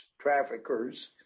traffickers